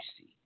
see